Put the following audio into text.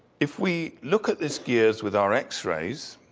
if we look at this gears with our x-rays,